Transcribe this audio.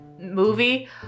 movie